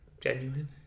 genuine